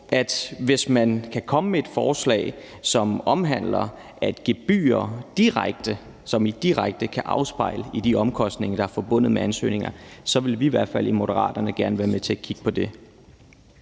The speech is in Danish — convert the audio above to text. det, hvis man kan komme med et forslag, som omhandler, at gebyrer direkte – som i direkte – kan afspejle de omkostninger, der er forbundet med ansøgninger; så vil vi i Moderaterne i hvert fald gerne være med til at kigge på det.